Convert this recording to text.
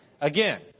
again